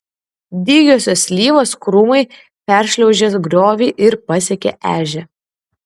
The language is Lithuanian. dygiosios slyvos krūmai peršliaužė griovį ir pasiekė ežią